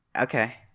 okay